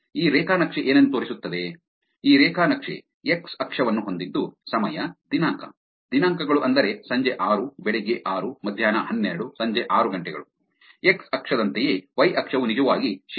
ಈ ರೇಖಾ ನಕ್ಷೆ ಏನನ್ನು ತೋರಿಸುತ್ತದೆ ಈ ರೇಖಾ ನಕ್ಷೆ ಎಕ್ಸ್ ಅಕ್ಷವನ್ನು ಹೊಂದಿದ್ದು ಸಮಯ ದಿನಾಂಕ ದಿನಾಂಕಗಳು ಅಂದರೆ ಸಂಜೆ ಆರು ಬೆಳಗ್ಗೆ ಆರು ಮಧ್ಯಾಹ್ನ ಹನ್ನೆರಡು ಸಂಜೆ ಆರು ಗಂಟೆಗಳು ಎಕ್ಸ್ ಅಕ್ಷದಂತೆಯೇ ವೈ ಅಕ್ಷವು ನಿಜವಾಗಿ ಶೇ